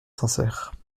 sincères